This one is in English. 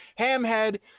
Hamhead